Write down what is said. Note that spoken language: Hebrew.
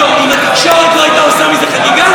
לך שזה בייש את הבית הזה.